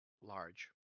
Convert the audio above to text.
large